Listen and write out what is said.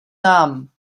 nám